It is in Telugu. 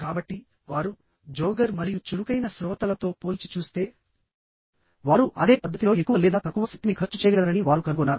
కాబట్టి వారు జోగర్ మరియు చురుకైన శ్రోతలతో పోల్చి చూస్తే వారు అదే పద్ధతిలో ఎక్కువ లేదా తక్కువ శక్తిని ఖర్చు చేయగలరని వారు కనుగొన్నారు